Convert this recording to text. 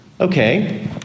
Okay